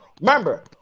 remember